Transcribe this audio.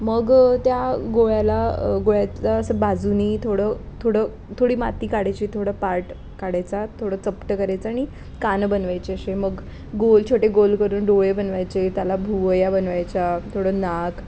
मग त्या गोळ्याला गोळ्यातलं असं बाजूने थोडं थोडं थोडी माती काढायची थोडं पाट काढायचा थोडं चपटं करायचं आणि कान बनवायचे असे मग गोल छोटे गोल करून डोळे बनवायचे त्याला भुवया बनवायच्या थोडं नाक